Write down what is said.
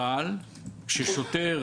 אבל כששוטר